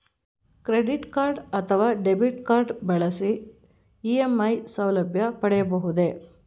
Credit card ಅಥವಾ debit card ಬಳಸಿ EMI ಸೌಲಭ್ಯ ಪಡೆಯಬಹುದೇ?